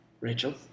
Rachel